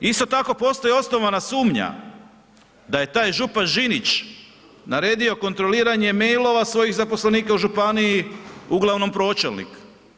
Isto tako, postoji osnovana sumnja da je taj župan Žinić naredio kontroliranje mailova svojih zaposlenika u županiji, uglavnom pročelnika.